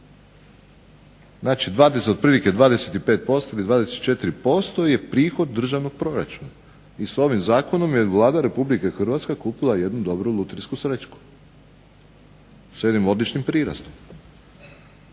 Znači otprilike 25% ili 24% je prihod državnog proračuna i s ovim zakonom je Vlada Republike Hrvatske kupila jednu dobru lutrijsku srećku s jednim odličnim prirastom.